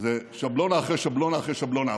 שבלונה אחרי שבלונה אחרי שבלונה.